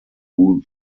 who